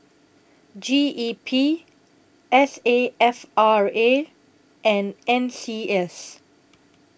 G E P S A F R A and N C S